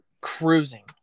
cruising